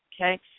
okay